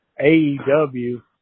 AEW